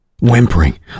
Whimpering